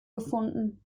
gefunden